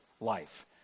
life